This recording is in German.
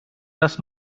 das